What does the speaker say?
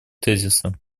тезиса